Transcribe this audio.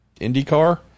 IndyCar